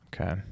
Okay